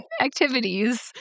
activities